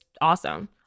awesome